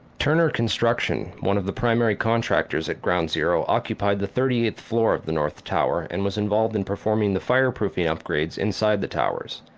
turner construction one of the primary contractors at ground zero occupied the thirty eighth floor of the north tower and was involved in performing the fire-proofing upgrades inside the towers.